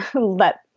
let